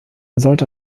sollte